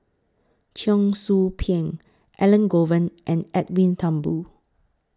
Cheong Soo Pieng Elangovan and Edwin Thumboo